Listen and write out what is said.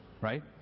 right